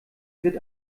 wird